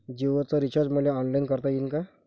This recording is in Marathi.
जीओच रिचार्ज मले ऑनलाईन करता येईन का?